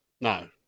No